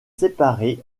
séparé